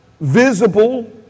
visible